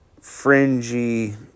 fringy